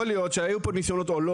יכול להיות שהיו פה ניסיונות או לא,